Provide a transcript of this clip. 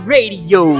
Radio